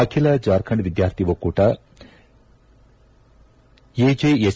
ಅಖಿಲ ಜಾರ್ಖಂಡ್ ವಿದ್ಯಾರ್ಥಿ ಒಕ್ಕೂಟ ಎಜೆಎಸ್